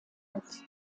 als